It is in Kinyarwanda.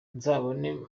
nzabone